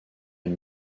une